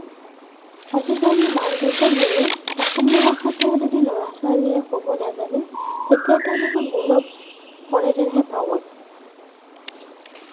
আজিকালি মাক দেউতাকবোৰে অসমীয়া ভাষাটো যদি ল'ৰা ছোৱালীয়ে ক'ব নাজানে তেতিয়া তেওঁলোকে গৌৰৱ কৰে যেনহে পাওঁ মই